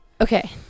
Okay